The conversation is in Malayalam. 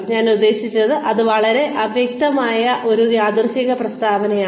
ഞാൻ ഉദ്ദേശിച്ചത് അത് വളരെ അവ്യക്തമായ ഒരു യാദൃശ്ചിക പ്രസ്താവനയാണ്